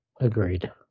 Agreed